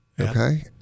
Okay